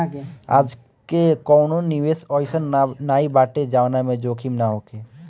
आजके कवनो निवेश अइसन नाइ बाटे जवना में जोखिम ना होखे